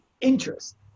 interest